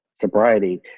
sobriety